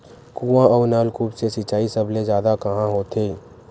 कुआं अउ नलकूप से सिंचाई सबले जादा कहां होथे?